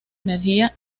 energía